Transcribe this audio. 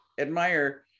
admire